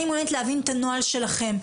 אני מעוניינת להבין את הנוהל שלכם.